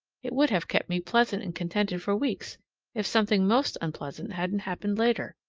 it would have kept me pleasant and contented for weeks if something most unpleasant hadn't happened later.